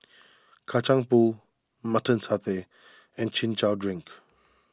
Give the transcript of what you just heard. Kacang Pool Mutton Satay and Chin Chow Drink